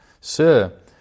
Sir